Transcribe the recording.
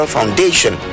Foundation